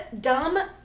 dumb